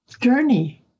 journey